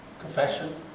confession